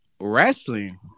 Wrestling